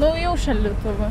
naujų šaldytuvų